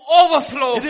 overflow